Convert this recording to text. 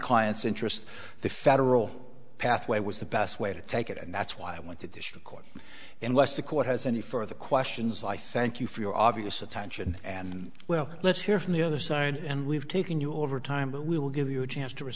client's interests the federal pathway was the best way to take it and that's why i wanted this record and less the court has any further questions i thank you for your obvious attention and well let's hear from the other side and we've taken you over time but we will give you a chance to re